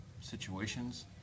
situations